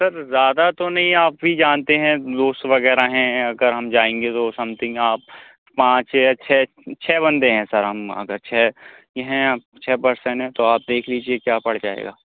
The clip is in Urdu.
سر زیادہ تو نہیں آپ بھی جانتے ہیں دوست وغیرہ ہیں اگر ہم جائیں گے تو سم تھنگ آپ پانچ یا چھ چھ بندے ہیں سر ہم وہاں پہ چھ چھ پرسن ہیں تو آپ دیکھ لیجیے کیا پڑ جائے گا